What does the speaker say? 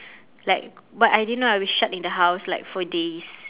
like but I didn't know I was shut in the house like for days